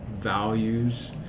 values